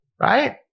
right